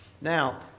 Now